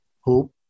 hope